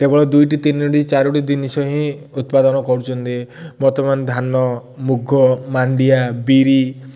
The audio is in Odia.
କେବଳ ଦୁଇଟି ତିନିଟି ଚାରୋଟି ଜିନିଷ ହିଁ ଉତ୍ପାଦନ କରୁଛନ୍ତି ବର୍ତ୍ତମାନ ଧାନ ମୁଗ ମାଣ୍ଡିଆ ବିରି